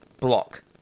Block